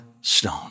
Stone